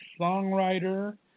songwriter